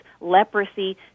leprosy